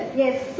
yes